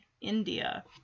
India